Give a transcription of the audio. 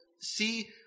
see